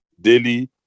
daily